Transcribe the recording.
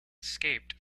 escaped